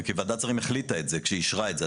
כי ועדת השרים החליטה את זה כשאישרה את זה.